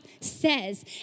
says